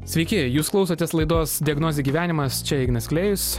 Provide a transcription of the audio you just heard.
sveiki jūs klausotės laidos diagnozė gyvenimas čia ignas klėjus